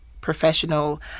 professional